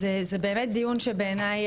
אז זה באמת דיון שבעיניי,